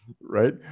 right